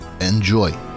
Enjoy